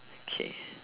okay